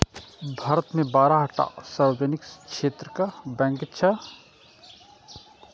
भारत मे बारह टा सार्वजनिक क्षेत्रक बैंक छै